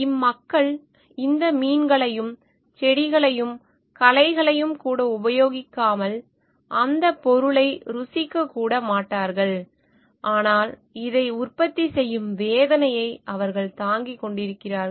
இம்மக்கள் இந்த மீன்களையும் செடிகளையும் களைகளையும் கூட உபயோகிக்காமல் அந்த பொருளை ருசிக்கக்கூட மாட்டார்கள் ஆனால் இதை உற்பத்தி செய்யும் வேதனையை அவர்கள் தாங்கிக் கொண்டிருக்கிறார்கள்